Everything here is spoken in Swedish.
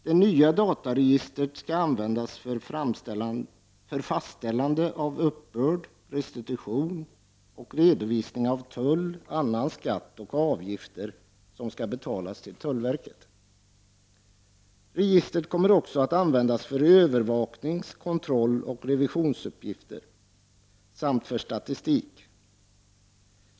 Det nya dataregistret skall användas för fastställande av uppbörd, restitution och redovisning av tull, annan skatt och avgifter som skall betalas till tullverket. Registret kommer också att användas för övervaknings-, kontrolloch revisionsuppgifter samt för statistik.